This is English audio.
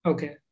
Okay